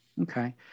Okay